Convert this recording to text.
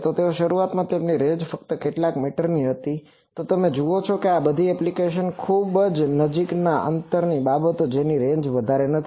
તો શરૂઆતમાં તેમની રેંજ ફક્ત કેટલાક જ મીટરની હતી તો તમે જુઓ છો કે આ બધી એપ્લિકેશનો ખૂબ જ નજીકની અંતરની બાબતો છે જેની રેન્જ વધારે નથી